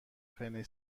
پنی